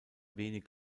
wenig